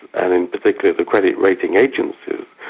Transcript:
and in particular the credit rating agencies,